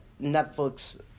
Netflix